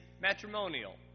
Matrimonial